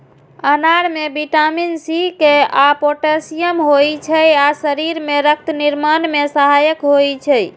अनार मे vitamin C, K आ पोटेशियम होइ छै आ शरीर मे रक्त निर्माण मे सहायक होइ छै